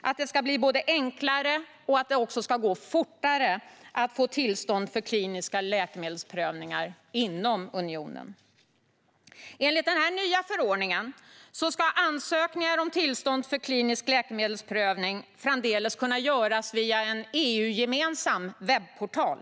att det ska både bli enklare och gå fortare att få tillstånd för kliniska läkemedelsprövningar inom unionen. Enligt den nya förordningen ska ansökningar om tillstånd för klinisk läkemedelsprövning framdeles kunna göras via en EU-gemensam webbportal.